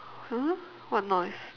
!huh! what noise